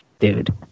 Dude